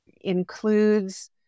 includes